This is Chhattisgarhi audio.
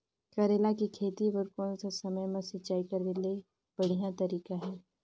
करेला के खेती बार कोन सा समय मां सिंचाई करे के बढ़िया तारीक हे?